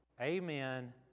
Amen